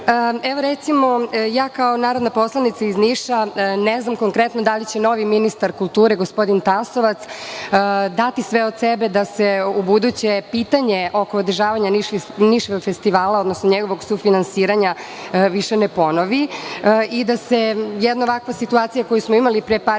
Vlade. Recimo, ja kao narodna poslanica iz Niša ne znam konkretno da li će novi ministar kulture, gospodin Tasovac, dati sve od sebe da se ubuduće pitanje oko održavanja Niškog festivala, odnosno njegovog sufinansiranja više ne ponovi i da se jedna ovakva situacija, koju smo imali pre par